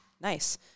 Nice